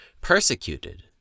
persecuted